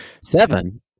Seven